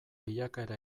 bilakaera